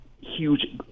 huge